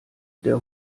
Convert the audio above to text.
der